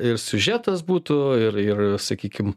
ir siužetas būtų ir ir sakykim